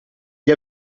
gli